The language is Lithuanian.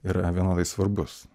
yra vienodai svarbus